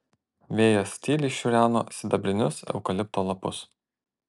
vėjas tyliai šiureno sidabrinius eukalipto lapus